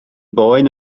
boen